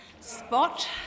spot